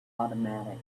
automatic